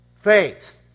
faith